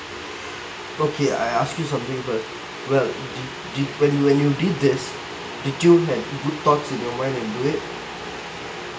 okay I ask you something first well did when you when you did this did you had thoughts in your mind and do it